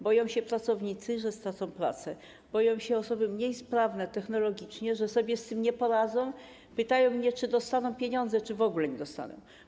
Boją się pracownicy, że stracą pracę, boją się osoby mniej sprawne technologicznie, że sobie z tym nie poradzą, pytają mnie, czy dostaną pieniądze, czy w ogóle ich nie dostaną.